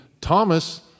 Thomas